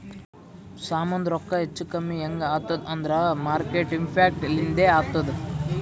ಸಾಮಾಂದು ರೊಕ್ಕಾ ಹೆಚ್ಚಾ ಕಮ್ಮಿ ಹ್ಯಾಂಗ್ ಆತ್ತುದ್ ಅಂದೂರ್ ಮಾರ್ಕೆಟ್ ಇಂಪ್ಯಾಕ್ಟ್ ಲಿಂದೆ ಆತ್ತುದ